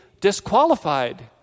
disqualified